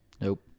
Nope